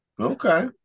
okay